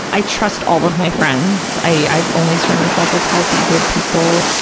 i trust all of my friends. i've only surrounded myself with healthy, good people.